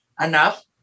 enough